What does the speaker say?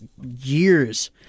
years